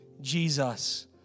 Jesus